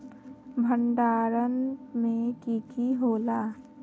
भण्डारण में की की होला?